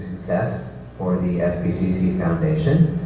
success for the sbcc foundation.